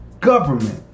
government